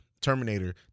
Terminator